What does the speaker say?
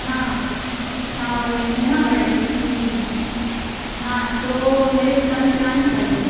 हाँ हाँ वो मैंने है ना गाड़ी बुकिंग की थी हाँ तो वो मेरे स्थान पर आ नहीं पाई